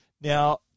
Now